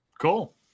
Cool